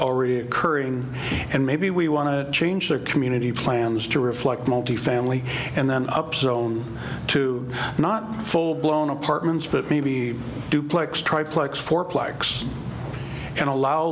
already occurring and maybe we want to change their community plans to reflect multifamily and then up zone to not full blown apartments but maybe duplex try plex fourplex and allow